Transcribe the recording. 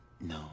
No